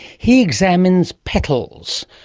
he examined petals,